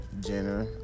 Jenner